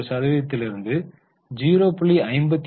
31 சதவீதத்திலிருந்து 0